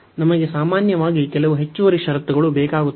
ನಮಗೆ ಸಾಮಾನ್ಯವಾಗಿ ಕೆಲವು ಹೆಚ್ಚುವರಿ ಷರತ್ತುಗಳು ಬೇಕಾಗುತ್ತವೆ